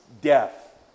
death